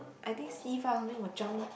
I think c-five or something would jump